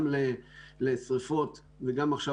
גם לשרפות וגם עכשיו,